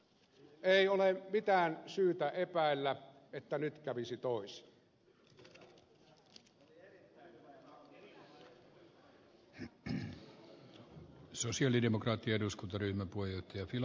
ei ole mitään syytä epäillä että nyt kävisi toisin